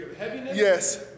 Yes